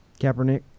Kaepernick